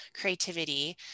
creativity